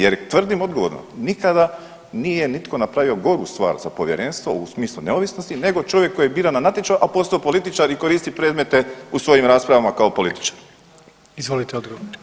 Jer tvrdim odgovorno nikada nije nitko napravio goru stvar za povjerenstvo u smislu neovisnosti nego čovjek koji je biran na natječaju, a postao političari i koristi predmete u svojim raspravama kao političar.